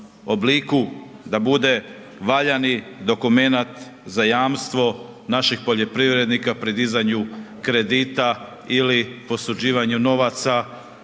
obliku da bude valjani dokument za jamstvo našeg poljoprivrednika pri dizanju kredita ili posuđivanju novaca,